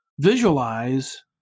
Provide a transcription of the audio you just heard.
visualize